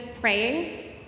praying